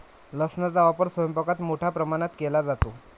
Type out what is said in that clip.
लसणाचा वापर स्वयंपाकात मोठ्या प्रमाणावर केला जातो